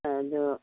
ꯑꯗꯣ